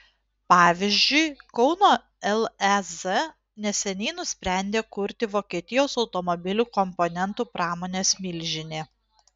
pavyzdžiui kauno lez neseniai nusprendė kurti vokietijos automobilių komponentų pramonės milžinė